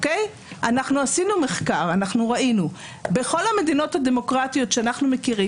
עשינו מחקר וראינו שבכל המדינות הדמוקרטיות שאנחנו מכירים